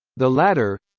the latter.